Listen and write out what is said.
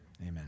Amen